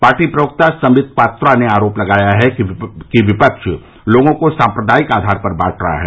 party प्रवक्ता संवित पात्रा ने आरोप लगाया कि विपक्ष लोगों को साम्प्रदायिक आधार पर बांट रहा है